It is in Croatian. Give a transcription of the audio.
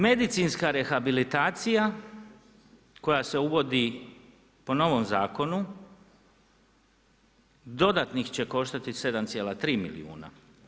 Medicinska rehabilitacija koja se uvodi po novom zakonu dodatnih će koštati 7,3 milijuna.